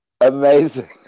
Amazing